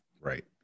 Right